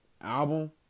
album